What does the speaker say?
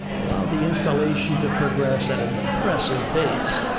allowed the installation to progress at an impressive pace.